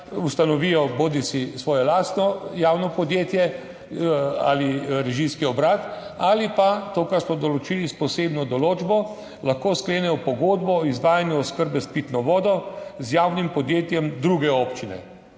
ustanovijo bodisi svoje lastno javno podjetje ali režijski obrat ali pa, to, kar smo določili s posebno določbo, lahko sklenejo pogodbo o izvajanju oskrbe s pitno vodo z javnim podjetjem druge občine.